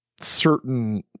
certain